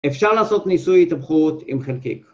‫אפשר לעשות ניסוי התהפכות עם חלקיק.